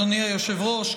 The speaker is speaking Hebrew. אדוני היושב-ראש,